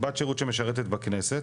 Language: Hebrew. בת שירות שמשרתת בכנסת.